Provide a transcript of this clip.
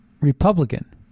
Republican